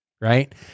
right